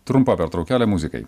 trumpa pertraukėlė muzikai